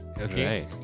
Okay